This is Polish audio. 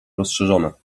rozszerzone